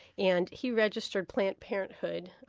and he registered plannedparenthood.